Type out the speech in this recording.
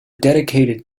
dedicated